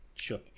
Sure